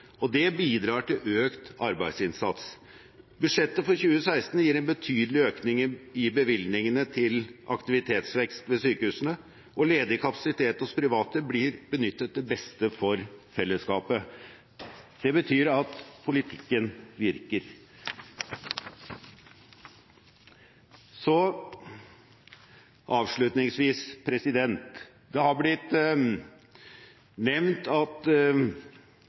og det bidrar til økt arbeidsinnsats. Budsjettet for 2016 gir en betydelig økning i bevilgningene til aktivitetsvekst ved sykehusene, og ledig kapasitet hos private blir benyttet til beste for fellesskapet. Det betyr at politikken virker. Så avslutningsvis: Det har blitt nevnt at